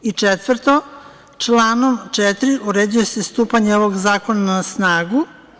I četvrto, članom 4. uređuje se stupanje ovog zakona na snagu.